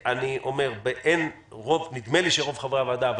נדמה לי שרוב חברי הוועדה מסכימים,